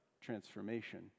transformation